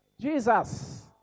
Jesus